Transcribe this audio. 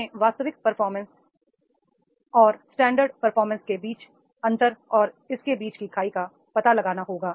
हमें वास्तविक परफॉर्मेंस और स्टैंडर्ड के बीच अंतर और इसके बीच की खाई का पता लगाना होगा